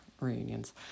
reunions